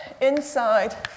inside